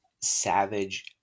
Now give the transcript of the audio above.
Savage